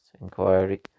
Inquiry